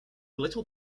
little